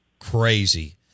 crazy